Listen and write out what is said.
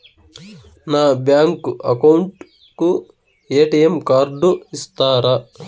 నా bank account కు ATM card ఇస్తారా